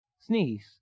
Sneeze